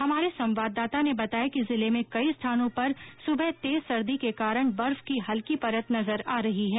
हमारे संवाददाता ने बताया कि जिले में कई स्थानों पर सुबह तेज सर्दी के कारण बर्फ की हल्की परत नजर आ रही है